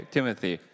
Timothy